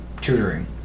tutoring